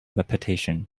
reputation